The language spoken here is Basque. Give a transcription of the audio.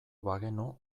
bagenu